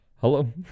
Hello